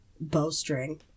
bowstring